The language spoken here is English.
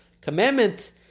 commandment